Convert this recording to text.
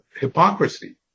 hypocrisy